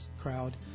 crowd